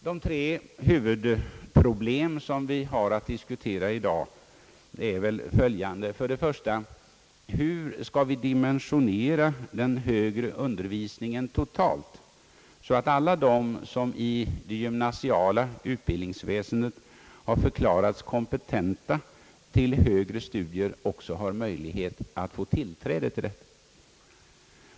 De tre huvudproblem som vi har att diskutera i dag är följande. För det första: Hur skall vi dimensionera den högre undervisningen totalt, så att alla de som i det gymnasiala utbildningsväsendet har förklarats kompetenta till högre studier också har möjlighet att få tillträde till sådana?